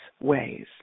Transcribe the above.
ways